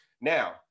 Now